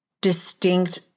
distinct